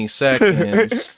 seconds